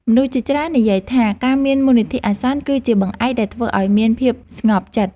មនុស្សជាច្រើននិយាយថា ការមានមូលនិធិអាសន្ន គឺជាបង្អែកដែលធ្វើឲ្យមានភាពស្ងប់ចិត្ត។